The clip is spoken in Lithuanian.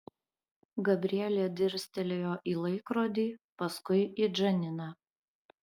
gabrielė dirstelėjo į laikrodį paskui į džaniną